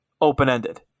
open-ended